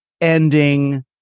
ending